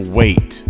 wait